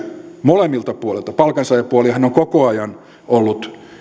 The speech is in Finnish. molemmilta puolilta palkansaajapuolihan on koko ajan ollut